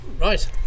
right